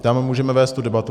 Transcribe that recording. Tam můžeme vést debatu.